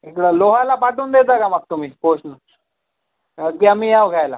इकडं लोह्याला पाठवून देता का मग तुम्ही पोस्टनं की आम्ही यावं घ्यायला